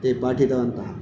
ते पाठितवन्तः